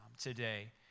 today